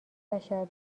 بشر